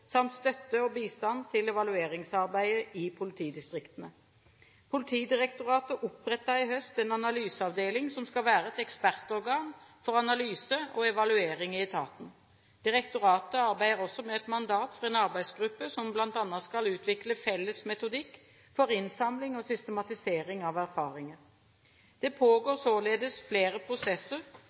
samt støtte og bistand til evalueringsarbeidet i politidistriktene. Politidirektoratet opprettet i høst en analyseavdeling som skal være et ekspertorgan for analyse og evaluering i etaten. Direktoratet arbeider også med et mandat til en arbeidsgruppe som bl.a. skal utvikle felles metodikk for innsamling og systematisering av erfaringer. Det pågår således flere prosesser